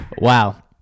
Wow